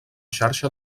xarxa